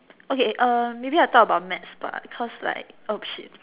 okay uh maybe I talk about maths bah cause like oh shit